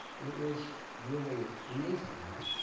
it was really amazing, right?